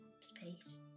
space